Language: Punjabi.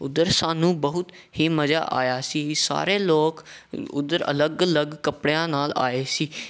ਉੱਧਰ ਸਾਨੂੰ ਬਹੁਤ ਹੀ ਮਜ਼ਾ ਆਇਆ ਸੀ ਸਾਰੇ ਲੋਕ ਉੱਧਰ ਅਲੱਗ ਅਲੱਗ ਕੱਪੜਿਆਂ ਨਾਲ ਆਏ ਸੀ